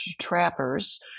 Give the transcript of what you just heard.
trappers